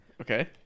Okay